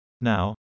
Now